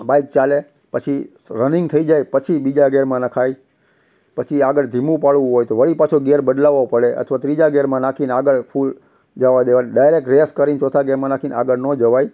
bike ચાલે પછી running થઈ જાય પછી બીજા ગિયરમાં નંખાય પછી આગળ ધીમું પાડવું હોય તો વળી પાછો ગેર બદલાવો પડે અથવા ત્રીજા ગિયરમાં નાખીને આગળ ફૂલ જવાં દેવાનું ડાયરેક રેસ કરી ને ચોથા ગિયરમાં નાખી ને આગળ ન જવાય